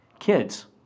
Kids